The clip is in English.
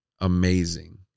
amazing